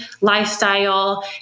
lifestyle